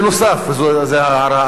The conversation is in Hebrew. וזו הערה אחרונה,